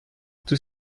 tous